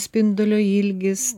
spindulio ilgis